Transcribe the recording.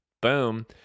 boom